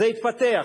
זה התפתח,